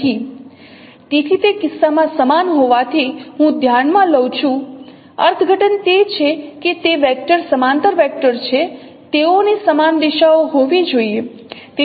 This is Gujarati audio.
તેથી તે કિસ્સામાં સમાન હોવાથી હું ધ્યાનમાં લઉં છું અર્થઘટન તે છે કે તે વેક્ટર સમાંતર વેક્ટર છે તેઓની સમાન દિશાઓ હોવી જોઈએ